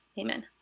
Amen